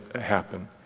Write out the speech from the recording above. happen